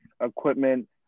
equipment